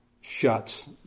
shuts